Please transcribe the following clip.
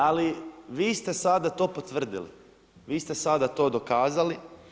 Ali vi ste sada to potvrdili, vi ste sada to dokazali.